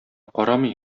карамый